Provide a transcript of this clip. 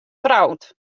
troud